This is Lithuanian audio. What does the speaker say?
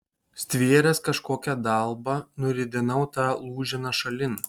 stvėręs kažkokią dalbą nuridenau tą lūženą šalin